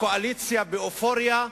הקואליציה באופוריה.